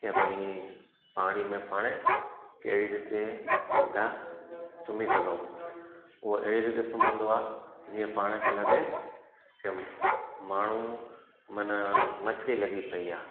के भई पाणीअ में पाणे कहिड़ी रीते सिधा सुमी सघूं उहो अहिड़ी रीते सुम्हंदो आहे जीअं पाण खे लॻे के भई माण्हू माना मछी लॻी पेई आहे